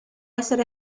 essere